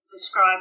describe